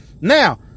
Now